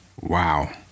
Wow